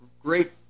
great